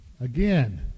Again